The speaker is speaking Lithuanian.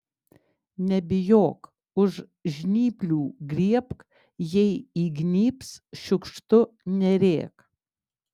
nebijok už žnyplių griebk jei įgnybs šiukštu nerėk